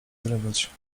zrywać